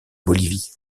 bolivie